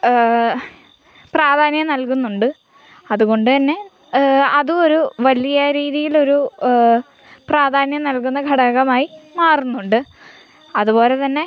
പ്രാധാന്യം നൽകുന്നുണ്ട് അതുകൊണ്ട് തന്നെ അത് ഒരു വലിയ രീതിയിലൊരു പ്രാധാന്യം നൽകുന്ന ഘടകമായി മാറുന്നുണ്ട് അതുപോലെ തന്നെ